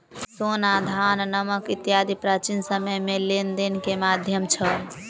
सोना, धान, नमक इत्यादि प्राचीन समय में लेन देन के माध्यम छल